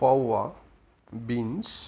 fava beans